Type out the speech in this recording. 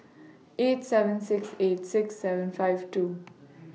eight seven six eight six seven five two